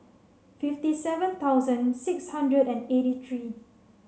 fifty seven thousand six hundred and eighty three